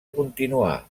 continuà